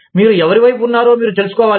మీరు ఎవరి వైపు ఉన్నారో మీరు తెలుసుకోవాలి